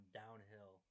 downhill